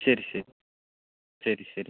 ശരി ശരി ശരി ശരി